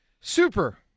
super